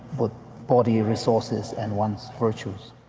but body resources and one's virtues